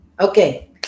okay